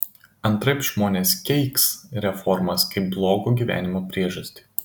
antraip žmonės keiks reformas kaip blogo gyvenimo priežastį